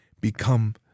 become